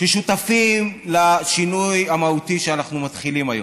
שותפים לשינוי המהותי שאנחנו מתחילים היום.